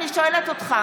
אתה לא משתתף?